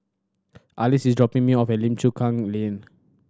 Arlis is dropping me off at Lim Chu Kang Lane